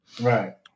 Right